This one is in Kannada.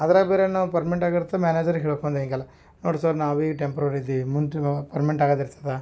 ಅದ್ರಾಗೆ ಬೇರೆ ನಾವು ಪರ್ಮನೆಂಟ್ ಆಗಿರ್ತೆ ಮ್ಯಾನೇಜರ್ ಹೇಳೋಕೆ ಬಂದೆ ಹಿಂಗಲ್ಲ ನೋಡಿ ಸರ್ ನಾವೇ ಟೆಂಪ್ರರಿ ಇದ್ದೀವಿ ಮುಂದೆ ತಿಂಗ್ಳು ಪರ್ಮನೆಂಟ್ ಆಗೋದ್ ಇರ್ತದೆ